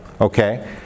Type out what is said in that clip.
okay